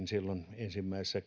silloin ensimmäisessä